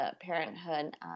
parenthood